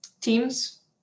teams